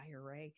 IRA